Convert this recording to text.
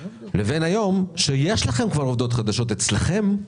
לבין היום שיש לכם כבר עובדות חדשות אצלכם,